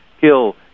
kill